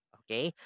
okay